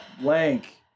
Blank